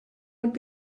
would